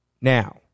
Now